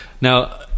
now